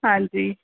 ਹਾਂਜੀ